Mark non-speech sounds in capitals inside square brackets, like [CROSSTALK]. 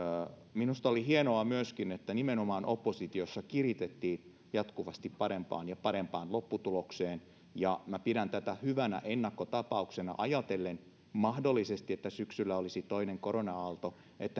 minusta oli myöskin hienoa että nimenomaan oppositiossa kiritettiin jatkuvasti parempaan ja parempaan lopputulokseen ja minä pidän tätä hyvänä ennakkotapauksena ajatellen sitä jos mahdollisesti syksyllä olisi toinen korona aalto että [UNINTELLIGIBLE]